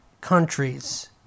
countries